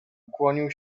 ukłonił